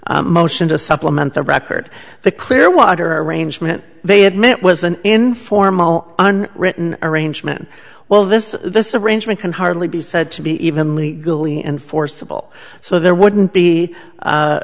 their motion to supplement the record the clearwater arrangement they admit was an informal on written arrangement well this this arrangement can hardly be said to be even legally enforceable so there wouldn't be